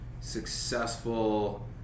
successful